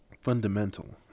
fundamental